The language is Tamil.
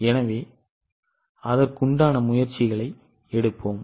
எனவே எனவே அதற்கான முயற்சிகளை எடுப்போம்